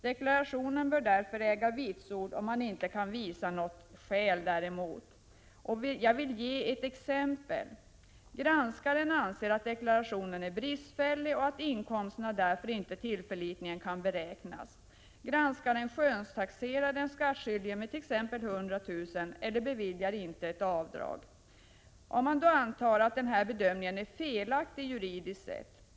Deklarationen bör därför äga vitsord, om man inte kan visa på något skäl däremot. Jag vill ge ett exempel: Granskaren anser att deklarationen är bristfällig och att inkomsterna därför tillförlitligen inte kan beräknas. Granskaren skönstaxerar den skattskyldige med t.ex. 100 000 kr. Eller också beviljar granskaren inte ett avdrag. Antag att den här bedömningen är felaktig juridiskt sett.